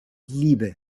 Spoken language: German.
liebe